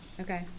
Okay